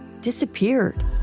disappeared